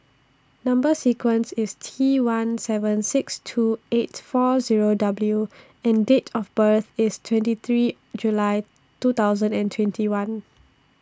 Number sequence IS T one seven six two eight four Zero W and Date of birth IS twenty three July two thousand and twenty one